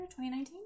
2019